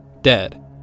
dead